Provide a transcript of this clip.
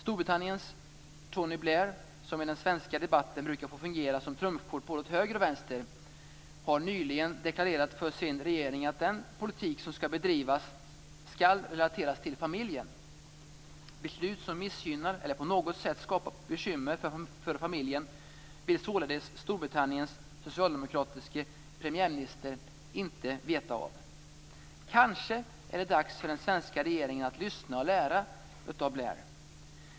Storbritanniens Tony Blair - som i den svenska debatten brukar få fungera som trumfkort både åt höger och åt vänster - har nyligen deklarerat för sin regering att den politik som skall bedrivas skall relateras till familjen. Beslut som missgynnar eller på något sätt skapar bekymmer för familjen vill således Storbritanniens socialdemokratiske premiärminister inte veta av. Kanske är det dags för den svenska regeringen att lyssna och lära av Blair.